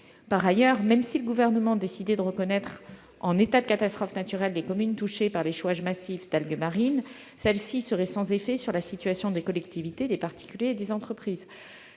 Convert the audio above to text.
Par ailleurs, même si le Gouvernement décidait de reconnaître en état de catastrophes naturelles les communes touchées par l'échouage massif d'algues marines, cette reconnaissance serait sans effet sur la situation des collectivités, des particuliers et des entreprises.